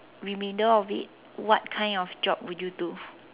remainder of it what kind of job would you do